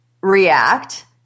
react